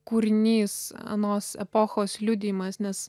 kūrinys anos epochos liudijimas nes